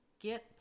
get